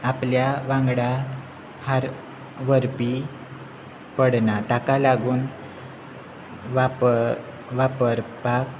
आपल्या वांगडा हार व्हरपी पडना ताका लागून वापर वापरपाक